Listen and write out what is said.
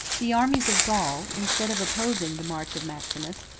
the armies of gaul, instead of opposing the march of maximus,